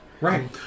Right